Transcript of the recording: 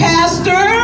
Pastor